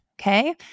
Okay